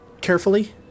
carefully